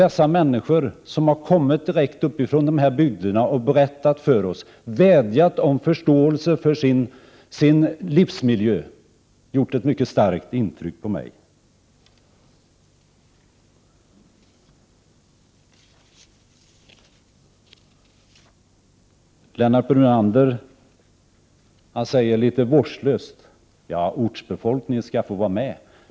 De människor som har kommit direkt uppifrån de här bygderna och vädjat till oss om förståelse för sin livsmiljö har gjort ett mycket starkt intryck på mig. Lennart Brunander sade litet vårdslöst att ortsbefolkningen skall få vara med.